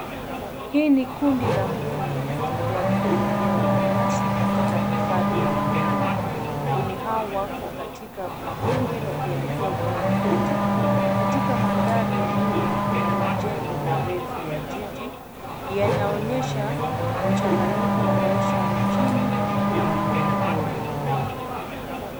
Hii ni kundi la mbuni wakitembea kwenye eneo la nyasi katika hifadhi ya wanyama. Mbuni hao wako katika makundi wakieleka upande moja katika mandhari ya nyuma kuna majengo marefu ya jiji yanaonyesha mchanganiko wa maisha ya mjini na ya wanyamapori.